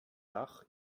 dach